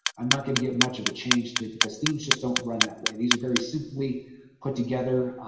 i'm not going to get much of a change to it because themes just don't run that way. these are very simply put together.